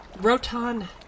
Rotan